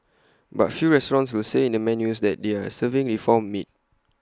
but few restaurants will say in their menus that they are serving reformed meat